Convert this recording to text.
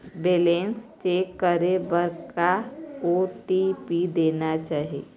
Balance check करे बर का ओ.टी.पी देना चाही?